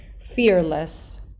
fearless